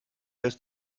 ist